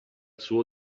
suo